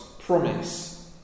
promise